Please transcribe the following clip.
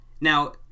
Now